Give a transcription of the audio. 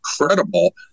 incredible